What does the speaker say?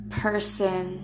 person